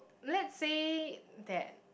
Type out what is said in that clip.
let's say that